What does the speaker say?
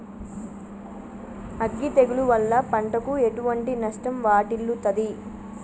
అగ్గి తెగులు వల్ల పంటకు ఎటువంటి నష్టం వాటిల్లుతది?